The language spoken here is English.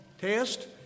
test